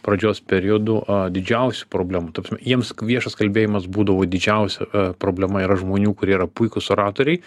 pradžios periodu didžiausių problemų ta prasme jiems viešas kalbėjimas būdavo didžiausia problema yra žmonių kurie yra puikūs oratoriai